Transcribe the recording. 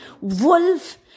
Wolf